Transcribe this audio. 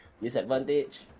Disadvantage